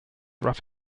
rough